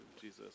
Jesus